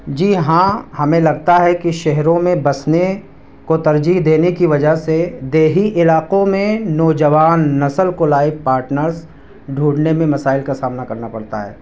جی ہاں ہمیں لگتا ہے کہ شہروں میں بسنے کو ترجیح دینے کی وجہ سے دیہی علاقوں میں نوجوان نسل کو لائف پاٹنرز ڈھونڈھنے میں مسائل کا سامنا کرنا پڑتا ہے